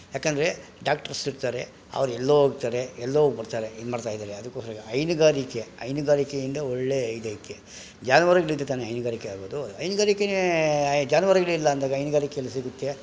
ಯಾಕಂದರೆ ಡಾಕ್ಟರ್ಸ್ ಇರ್ತಾರೆ ಅವ್ರು ಎಲ್ಲೋ ಹೋಗ್ತಾರೆ ಎಲ್ಲೋ ಹೋಗ್ ಬರ್ತಾರೆ ಇದು ಮಾಡ್ತಾ ಇದ್ದಾರೆ ಅದಕ್ಕೋಸ್ಕರ ಈಗ ಹೈನುಗಾರಿಕೆ ಹೈನುಗಾರಿಕೆಯಿಂದ ಒಳ್ಳೆ ಇದೈಕೆ ಜಾನುವಾರುಗಳಿದ್ದರೆ ತಾನೇ ಹೈನುಗಾರಿಕೆ ಆಗೋದು ಹೈನುಗಾರಿಕೆನೇ ಜಾನುವಾರುಗಳಿಲ್ಲ ಅಂದಾಗ ಹೈನುಗಾರಿಕೆ ಎಲ್ಲಿ ಸಿಗುತ್ತೆ